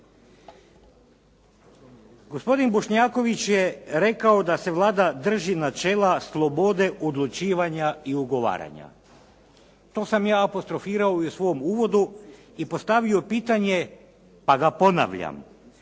Gospodin Bošnjaković je rekao da se Vlada drži načela slobode odlučivanja i ugovaranja. To sam ja apostrofirao i u svom uvodu i postavio pitanje, pa ga ponavljam